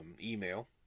email